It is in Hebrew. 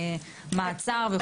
מעצר וכו'.